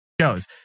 shows